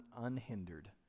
unhindered